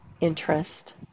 interest